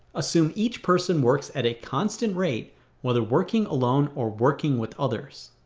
assume each person works at a constant rate whether working alone or working with others.